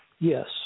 yes